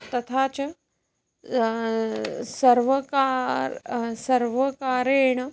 तथा च सर्वकारः सर्वकारेण